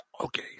Okay